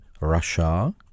Russia